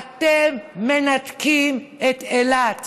אתם מנתקים את אילת.